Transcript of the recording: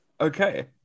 Okay